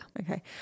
Okay